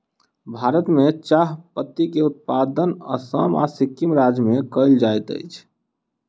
भारत में चाह पत्ती के उत्पादन असम आ सिक्किम राज्य में कयल जाइत अछि